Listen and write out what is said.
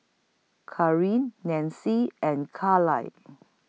Nancie and Kaila